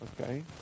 okay